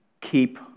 keep